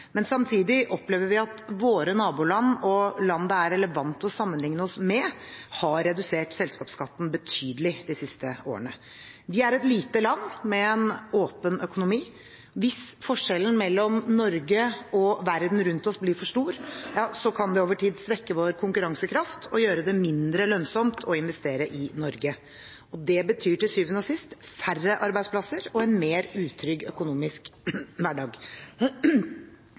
men samtidig opplever vi at våre naboland og land det er relevant å sammenlikne oss med, har redusert selskapsskatten betydelig de siste årene. Vi er et lite land med en åpen økonomi. Hvis forskjellen mellom Norge og verden rundt oss blir for stor, kan det over tid svekke vår konkurransekraft og gjøre det mindre lønnsomt å investere i Norge. Det betyr til syvende og sist færre arbeidsplasser og en mer utrygg økonomisk hverdag.